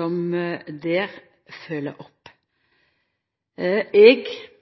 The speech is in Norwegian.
der ein følgjer opp dette. Det har vore krevjande, må eg